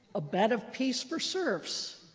a bed of peace for serfs.